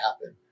happen